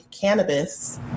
cannabis